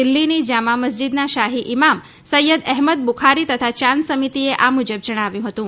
દિલ્હીની જામા મસ્જિદના શાહી ઈમામ સૈયદ એહમદ બુખારી તથા ચાંદ સમિતિએ આ મુજબ જણાવ્યું હતું